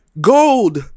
gold